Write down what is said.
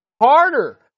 harder